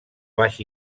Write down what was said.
baix